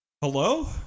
hello